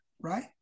right